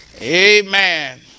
amen